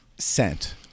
sent